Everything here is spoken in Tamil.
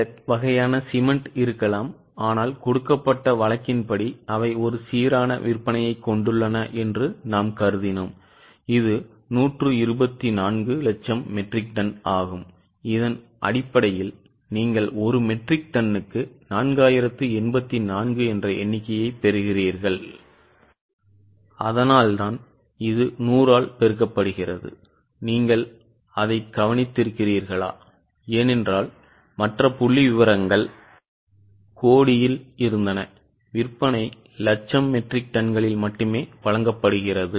சில வகையான சிமென்ட் இருக்கலாம் ஆனால் கொடுக்கப்பட்ட வழக்கின் படி அவை ஒரு சீரான விற்பனையைக் கொண்டுள்ளன என்று நாம் கருதினோம் இது 124 லட்சம் மெட்ரிக் டன் ஆகும் இதன் அடிப்படையில் நீங்கள் ஒரு மெட்ரிக் டன்னுக்கு 4084 என்ற எண்ணிக்கையைப் பெறுகிறீர்கள் அதனால்தான் இது 100 ஆல் பெருக்கப்படுகிறது நீங்கள் அதை கவனித்திருக்கிறீர்களா ஏனென்றால் மற்ற புள்ளிவிவரங்கள் கோடியில் இருந்தன விற்பனை லட்சம் மெட்ரிக் டன்களில் மட்டுமே வழங்கப்படுகிறது